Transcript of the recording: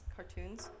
Cartoons